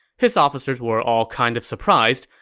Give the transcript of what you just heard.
his officers were all kind of surprised.